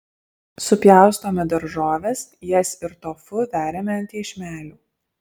supjaustome daržoves jas ir tofu veriame ant iešmelių